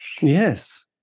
Yes